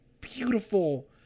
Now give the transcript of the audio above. beautiful